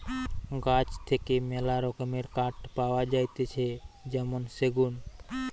গাছ থেকে মেলা রকমের কাঠ পাওয়া যাতিছে যেমন সেগুন